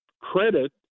credit